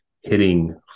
hitting